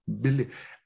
believe